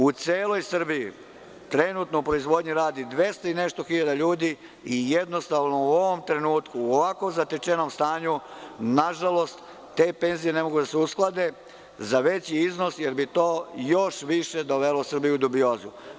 U celoj Srbiji trenutno u proizvodnji radi dvesta i nešto hiljada ljudi i jednostavno u ovom trenutku u ovako zatečenom stanju na žalost te penzije ne mogu da se usklade za veći iznos jer bi to još više dovelo Srbiju u dubiozu.